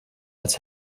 als